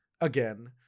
Again